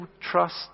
trust